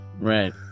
Right